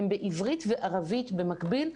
הם בעברית וערבית במקביל.